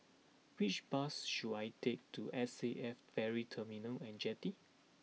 which bus should I take to S A F Ferry Terminal and Jetty